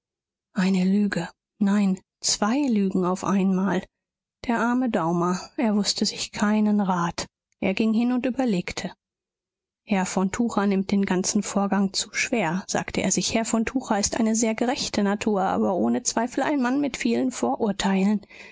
eine lüge nein zwei lügen auf einmal der arme daumer er wußte sich keinen rat er ging hin und überlegte herr von tucher nimmt den ganzen vorgang zu schwer sagte er sich herr von tucher ist eine sehr gerechte natur aber ohne zweifel ein mann mit vielen vorurteilen